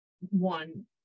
one